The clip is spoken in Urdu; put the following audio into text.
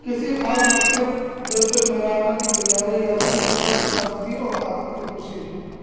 کسی خاص مقصد جیسے میراتھن کی تیاری یا صرف صبح کی تازگی اور عادت کی خوشی